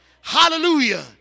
Hallelujah